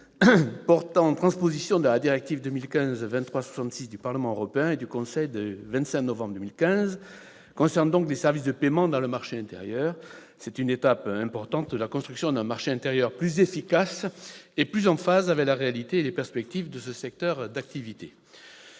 portant transposition de la directive 2015/2366 du Parlement européen et du Conseil du 25 novembre 2015 relative aux services de paiement dans le marché intérieur, est une étape importante de la construction d'un marché intérieur plus efficace et plus en phase avec la réalité et les perspectives de ce secteur d'activité.